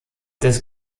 das